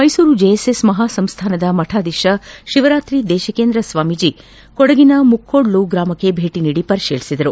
Mysuru JSS ಮಹಾಸಂಸ್ಥಾನದ ಮಠಾಧೀಶ ಶಿವರಾತ್ರಿ ದೇಶಿಕೇಂದ್ರ ಸ್ವಾಮೀಜಿ ಕೊಡಗಿನ ಮುಕ್ಕೋಡ್ಲು ಗ್ರಾಮಕ್ಕೆ ಭೇಟ ನೀಡಿ ಪರಿಶೀಲಿಬಿದರು